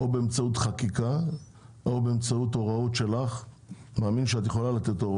באמצעות חקיקה או באמצעות הוראות שאני מאמין שאת יכולה לתת להם,